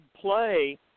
play